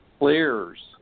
clears